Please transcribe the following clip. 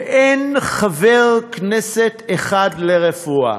ואין חבר כנסת אחד לרפואה.